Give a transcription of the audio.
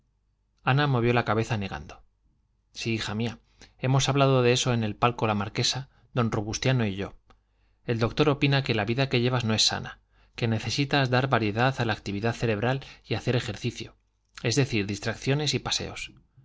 ana movió la cabeza negando sí hija mía hemos hablado de eso en el palco la marquesa don robustiano y yo el doctor opina que la vida que llevas no es sana que necesitas dar variedad a la actividad cerebral y hacer ejercicio es decir distracciones y paseos